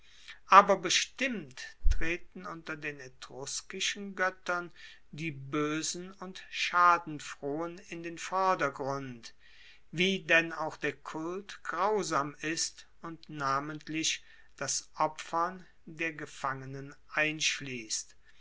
aber bestimmt treten unter den etruskischen goettern die boesen und schadenfrohen in den vordergrund wie denn auch der kult grausam ist und namentlich das opfern der gefangenen einschliesst